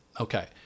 Okay